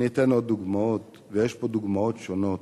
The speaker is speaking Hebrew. אני אתן עוד דוגמאות, ויש פה דוגמאות שונות.